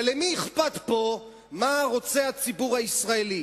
אבל למי אכפת פה מה רוצה הציבור הישראלי?